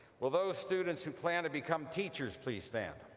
will those students who plan to become teachers please stand.